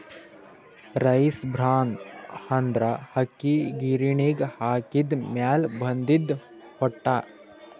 rice bran ಅಂದ್ರ ಅಕ್ಕಿ ಗಿರಿಣಿಗ್ ಹಾಕಿದ್ದ್ ಮ್ಯಾಲ್ ಬಂದಿದ್ದ್ ಹೊಟ್ಟ